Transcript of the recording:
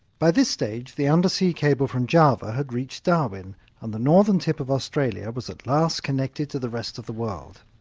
by this stage the undersea cable from java had reached darwin and the northern tip of australia was at last connected to the rest of the world.